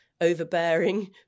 overbearing